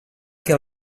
que